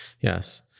Yes